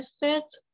benefit